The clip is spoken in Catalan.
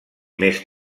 més